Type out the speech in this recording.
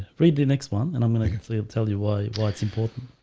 read the next one and i'm gonna carefully i'll tell you why why it's important.